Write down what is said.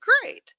great